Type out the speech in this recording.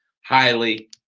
highly